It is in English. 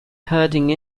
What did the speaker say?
herding